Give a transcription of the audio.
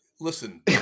listen